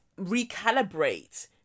recalibrate